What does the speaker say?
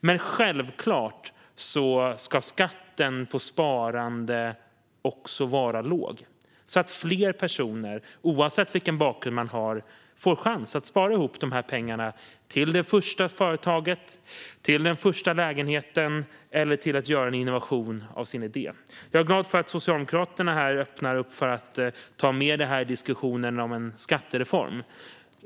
Men självklart ska skatten på sparande vara låg så att fler personer, oavsett vilken bakgrund man har, får chansen att spara ihop pengar till det första företaget eller den första lägenheten eller för att göra en innovation av sin idé. Jag är glad för att Socialdemokraterna öppnar för att ta med detta i diskussionen om en skattereform.